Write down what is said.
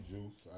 Juice